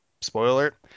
Spoiler